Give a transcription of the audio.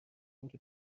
اینکه